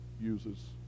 uses